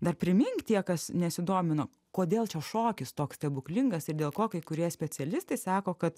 dar primink tie kas nesidomino kodėl čia šokis toks stebuklingas ir dėl ko kai kurie specialistai sako kad